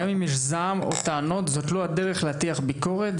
זעם או טענות זו לא הדרך להטיח ביקורת,